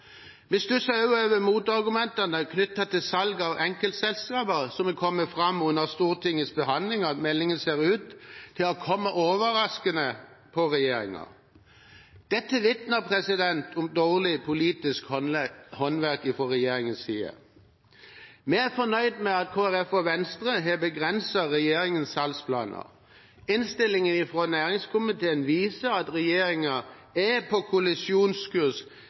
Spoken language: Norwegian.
Vi stusser også over at motargumentene knyttet til salg av enkeltselskaper som er kommet fram under Stortingets behandling av meldingen, ser ut til å ha kommet overraskende på regjeringen. Dette vitner om dårlig politisk håndverk fra regjeringens side. Vi er fornøyd med at Kristelig Folkeparti og Venstre har begrenset regjeringens salgsplaner. Innstillingen fra næringskomiteen viser at regjeringen er på kollisjonskurs